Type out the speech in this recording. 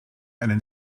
einen